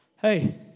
Hey